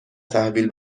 تحویل